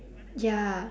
ya